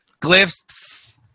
Glyphs